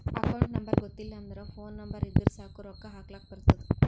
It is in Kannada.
ಅಕೌಂಟ್ ನಂಬರ್ ಗೊತ್ತಿಲ್ಲ ಅಂದುರ್ ಫೋನ್ ನಂಬರ್ ಇದ್ದುರ್ ಸಾಕ್ ರೊಕ್ಕಾ ಹಾಕ್ಲಕ್ ಬರ್ತುದ್